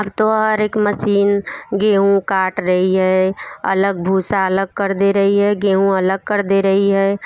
अब तो हर एक मसीन गेहूं काट रही है अलग भूसा अलग कर दे रही है गेहूं अलग कर दे रही है